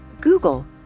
Google